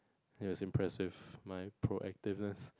it was impressive my proactiveness